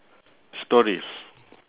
stories